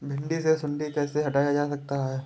भिंडी से सुंडी कैसे हटाया जा सकता है?